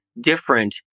different